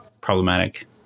problematic